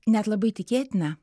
net labai tikėtina